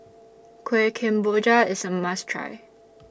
Kueh Kemboja IS A must Try